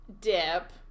dip